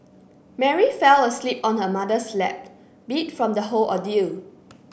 Mary fell asleep on her mother's lap beat from the whole ordeal